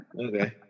okay